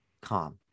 Calm